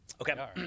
Okay